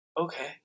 Okay